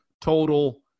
total